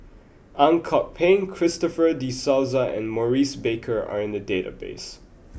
Ang Kok Peng Christopher De Souza and Maurice Baker are in the database